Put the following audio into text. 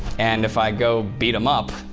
and if i go beat him up,